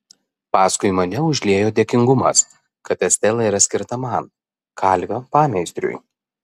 paskui mane užliejo dėkingumas kad estela yra skirta man kalvio pameistriui